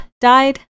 died